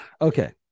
okay